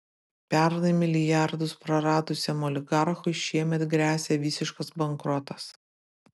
pernai milijardus praradusiam oligarchui šiemet gresia visiškas bankrotas